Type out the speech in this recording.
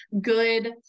good